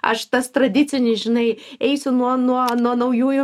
aš tas tradicinis žinai eisiu nuo nuo nuo naujųjų